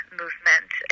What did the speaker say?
movement